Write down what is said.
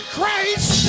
Christ